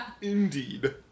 Indeed